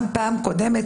גם בפעם הקודמת,